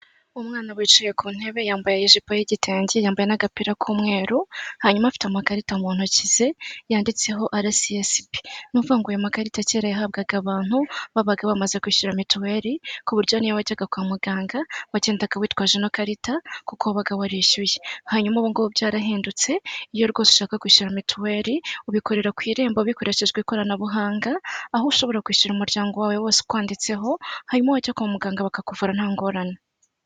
Umwana wicaye ku ntebe yambaye ijipo yigitenge yambaye n'agapira k'umweru ,hanyuma afite amakarita mu ntoki ze yanditseho arasiyesibi , numvaga ngo aya makarita kera yahabwaga abantu babaga bamaze kwishyura mituweli ku buryo nu wajyaga kwa muganga wagendaga witwaje ino karita kuko wabaga warishyuye, hanyuma ubu bwo byarahindutse iyo rwose ushaka kwishyura mituweli ubikorera ku irembo bikoreshejwe ikoranabuhanga aho ushobora kwishyurira umuryango wawe wose ukwanditseho hanyuma wajya kwa muganga bakakuvura nta ngorane.